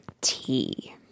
tea